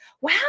wow